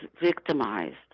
victimized